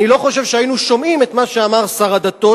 אני לא חושב שהיינו שומעים את מה שאמר שר הדתות,